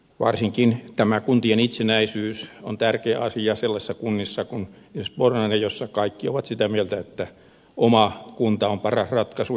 varsinkin tämä kuntien itsenäisyys on tärkeä asia sellaisissa kunnissa kuin esimerkiksi pornainen jossa kaikki ovat sitä mieltä että oma kunta on paras ratkaisu